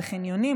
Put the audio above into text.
בחניונים,